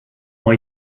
ont